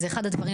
זה אחד הדברים,